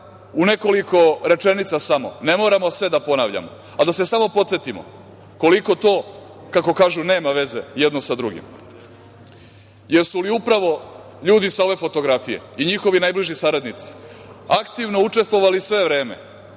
u nekoliko rečenica samo, ne moramo sve da ponavljamo, da se samo podsetimo koliko to, kako kažu, nema veze jedno sa drugim. Jesu li upravo ljudi sa ove fotografije i njihovi najbliži saradnici aktivno učestvovali sve vreme